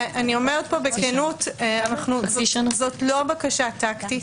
זו לא בקשה טקטית.